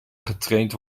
getraind